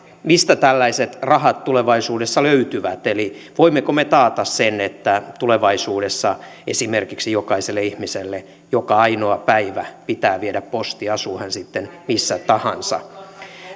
mistä tällaiset rahat tulevaisuudessa löytyvät eli voimmeko me taata sen että tulevaisuudessa esimerkiksi jokaiselle ihmiselle joka ainoa päivä pitää viedä posti asuu hän sitten missä tahansa